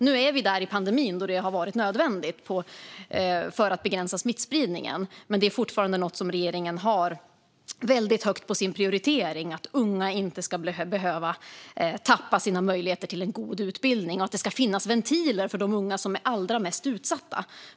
Nu är vi i ett skede i pandemin då detta har varit nödvändigt för att begränsa smittspridningen, men det är fortfarande något som regeringen har väldigt högt på sin prioritering: Unga ska inte behöva tappa sina möjligheter till en god utbildning, och det ska finnas ventiler för de unga som är allra mest utsatta.